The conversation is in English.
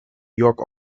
york